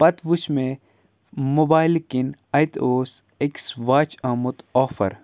پَتہٕ وٕچھ مےٚ موبایلہٕ کِنۍ اَتہِ اوس أکِس واچ آمُت آفَر